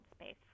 space